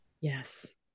Yes